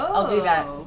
i'll do that.